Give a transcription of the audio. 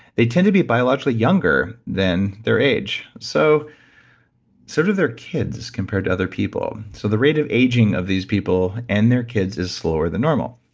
they tend to be biologically younger than their age, so sort of they're kids compared to other people. so the rate of aging of these people and their kids is slower than normal.